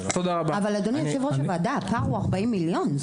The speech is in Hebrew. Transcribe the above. אבל אדוני יו"ר הוועדה, הפער הוא 40 מיליון.